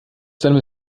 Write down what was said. seinem